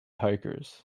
hikers